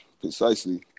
Precisely